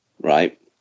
right